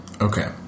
Okay